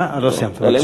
עוד לא סיימת, בבקשה.